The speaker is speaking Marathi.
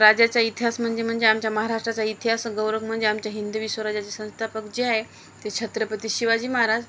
राज्याचा इतिहास म्हणजे म्हणजे आमच्या महाराष्ट्राचा इतिहास गौरव म्हणजे आमच्या हिंदवी स्वराज्याचे संस्थापक जे आहे ते छत्रपती शिवाजी महाराज